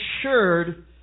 assured